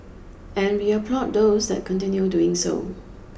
and we applaud those that continue doing so